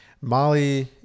Molly